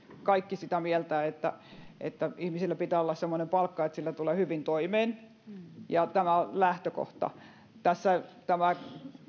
kaikki ovat sitä mieltä että että ihmisillä pitää olla semmoinen palkka että sillä tulee hyvin toimeen tämä on lähtökohta tässä tämä